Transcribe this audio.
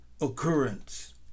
occurrence